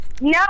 No